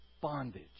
bondage